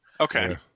okay